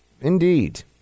indeed